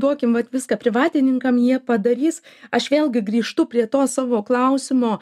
duokim vat viską privatininkam jie padarys aš vėlgi grįžtu prie to savo klausimo